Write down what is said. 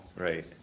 Right